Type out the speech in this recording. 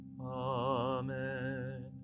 Amen